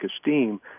esteem